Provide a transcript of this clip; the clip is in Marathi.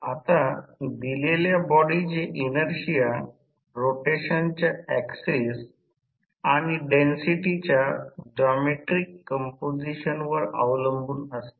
आता दिलेल्या बॉडीचे इनर्शिया रोटेशनच्या ऍक्सिस आणि डेन्सिटी च्या जॉमेट्रिक कंपोझिशन वर अवलंबून असते